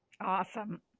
Awesome